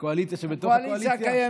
לקואליציה שבתוך הקואליציה?